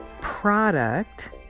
product